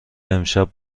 امشب